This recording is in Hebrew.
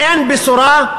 אין בשורה.